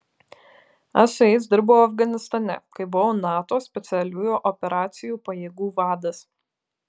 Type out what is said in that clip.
aš su jais dirbau afganistane kai buvau nato specialiųjų operacijų pajėgų vadas